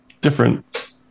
different